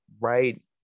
right